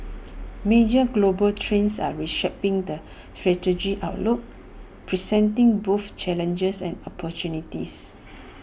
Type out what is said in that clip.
major global trends are reshaping the strategic outlook presenting both challenges and opportunities